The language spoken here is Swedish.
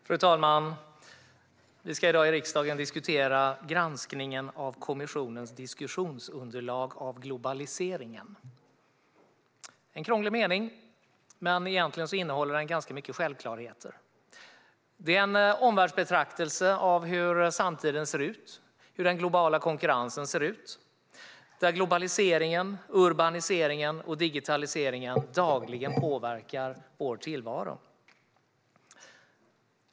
Granskning av kommissionens diskussionsunderlag om globaliseringen Fru talman! Vi ska i dag i riksdagen diskutera Granskning av kommis sionens diskussionsunderlag om globaliseringen . Det är en krånglig titel, men egentligen innehåller detta ganska mycket självklarheter. Det är en omvärldsbetraktelse av hur samtiden ser ut - hur den globala konkurrensen ser ut, där globaliseringen, urbaniseringen och digitaliseringen dagligen påverkar vår tillvaro.